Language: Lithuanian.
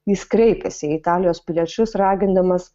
jis kreipėsi į italijos piliečius ragindamas